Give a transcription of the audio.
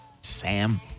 Sam